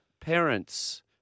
parents